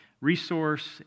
resource